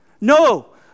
No